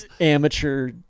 amateur